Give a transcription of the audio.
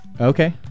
okay